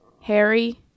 Harry